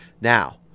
Now